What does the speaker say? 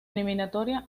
eliminatoria